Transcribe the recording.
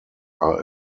are